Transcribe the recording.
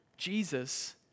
Jesus